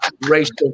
racial